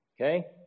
Okay